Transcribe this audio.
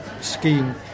scheme